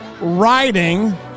Riding